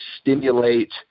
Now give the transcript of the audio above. stimulate